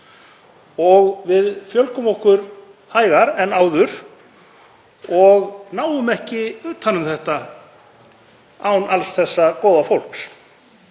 og við fjölgum okkur hægar en áður. Við náum ekki utan um þetta án alls þessa góða fólks.